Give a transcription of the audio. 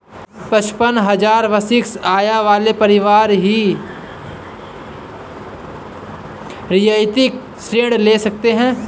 पचपन हजार वार्षिक आय वाले परिवार ही रियायती ऋण ले सकते हैं